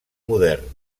modern